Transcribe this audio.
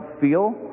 feel